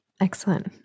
Excellent